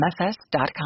mfs.com